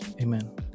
Amen